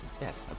Yes